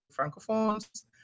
Francophones